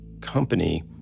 company